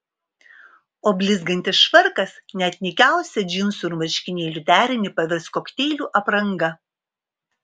o blizgantis švarkas net nykiausią džinsų ir marškinėlių derinį pavers kokteilių apranga